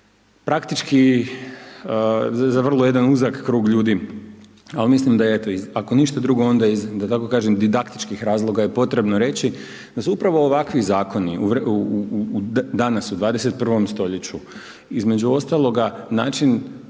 praktički za vrlo jedan uzak krug ljudi, al mislim da eto ako ništa drugo onda iz, da tako kažem didaktičkih razloga je potrebno reći, da su upravo ovakvi zakoni, danas u 21. stoljeću između ostaloga način